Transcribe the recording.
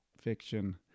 fiction